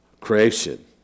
Creation